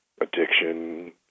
Addiction